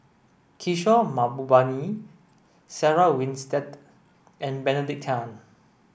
Kishore Mahbubani Sarah Winstedt and Benedict Tan